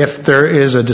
if there is a